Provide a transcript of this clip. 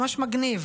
ממש מגניב.